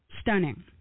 stunning